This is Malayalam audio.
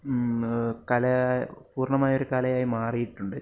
കല പൂർണ്ണമായ ഒരു കലയായി മാറിയിട്ടുണ്ട്